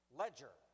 ledger